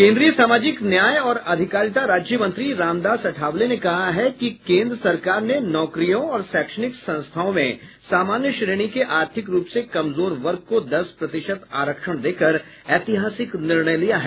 केन्द्रीय सामाजिक न्याय और अधिकारिता राज्य मंत्री रामदास अठावले ने कहा कि केन्द्र सरकार ने नौकरियों और शैक्षणिक संस्थाओं में सामान्य श्रेणी के आर्थिक रूप से कमजोर वर्ग को दस प्रतिशत आरक्षण देकर ऐतिहासिक निर्णय लिया है